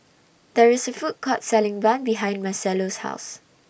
There IS A Food Court Selling Bun behind Marcelo's House